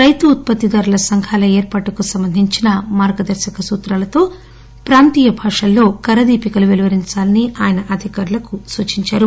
రైతు ఉత్సత్తిదారుల సంఘాల ఏర్పాటుకు సంబంధించిన మార్గదర్శక సూత్రాలతో ప్రాంతీయ భాషల్లో కరదీపికలు వెలువరిందాలని ఆయన అధికారులకు సూచించారు